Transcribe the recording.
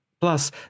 Plus